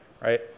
right